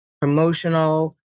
promotional